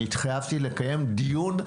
אני התחייבתי לקיים דיון,